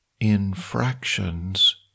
infractions